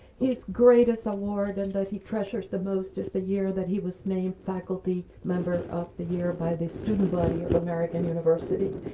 his greatest award and that he treasures the most is the year that he was named faculty member of the year by the student body of american university.